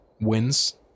wins